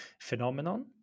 phenomenon